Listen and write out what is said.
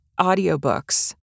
audiobooks